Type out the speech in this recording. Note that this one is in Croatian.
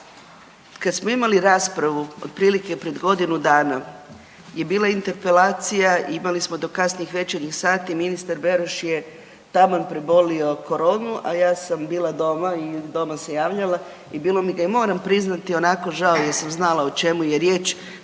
Kad smo imali raspravu otprilike pred godinu dana je bila interpelacija i imali smo do kasnih večernjih sati, ministar Beroš je taman prebolio koronu, a ja sam bila doma i od doma se javljala i bilo mi ga je moram priznati onako žao jer sam znala o čemu je riječ.